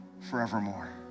forevermore